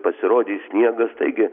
pasirodys sniegas taigi